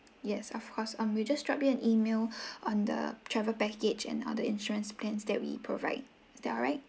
yes of course um we'll just drop you an email on the travel package and other insurance plans that we provide is that alright